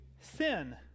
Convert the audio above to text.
sin